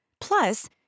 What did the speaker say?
Plus